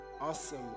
Awesome